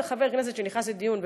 כל חבר הכנסת שנכנס לדיון,